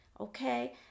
okay